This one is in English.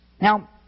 Now